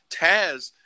Taz